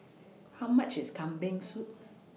How much IS Kambing Soup